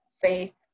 faith